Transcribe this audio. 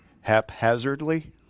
Haphazardly